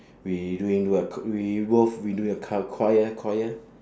we doing what c~ we both we do at c~ choir choir